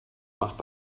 macht